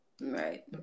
Right